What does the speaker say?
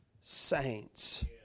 saints